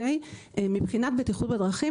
מבחינת בטיחות בדרכים,